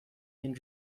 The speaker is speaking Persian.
این